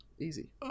easy